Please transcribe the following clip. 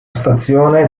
stazione